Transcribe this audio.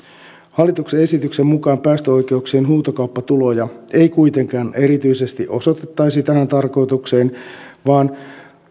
hallituksen esityksen mukaan päästöoikeuksien huutokauppatuloja ei kuitenkaan erityisesti osoitettaisi tähän tarkoitukseen tai